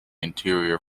interior